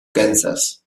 kansas